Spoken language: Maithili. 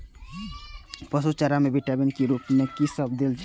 पशु के चारा में विटामिन के रूप में कि सब देल जा?